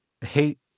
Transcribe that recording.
hate